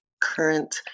current